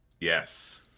Yes